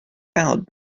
out